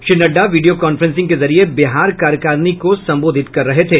Shri Nadda video conferencing के जरिए बिहार कार्यकारिणी को संबोधित कर रहे थे